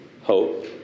hope